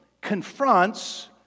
confronts